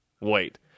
Wait